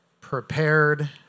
prepared